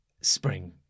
Spring